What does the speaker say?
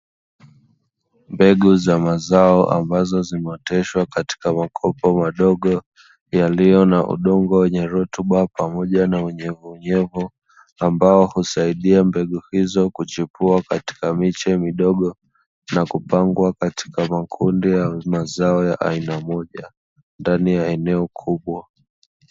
Mbegu za mazao ambazo zimeoteshwa katika makopo madogo yaliyo na udongo wenye rutuba, pamoja na unyevuunyevu ambao husaidia mbegu hizo kuchipua, katika miche midogo na kupangwa katika makundi ya mazao ya aina moja ndani ya eneo kubwa.